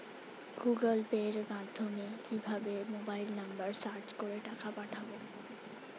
Google পের মাধ্যমে কিভাবে মোবাইল নাম্বার সার্চ করে টাকা পাঠাবো?